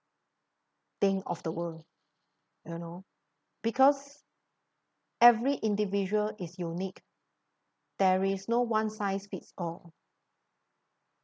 thing of the world you know because every individual is unique there is no one size fits all